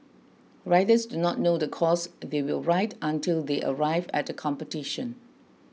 riders do not know the course they will ride until they arrive at the competition